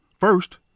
First